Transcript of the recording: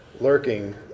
lurking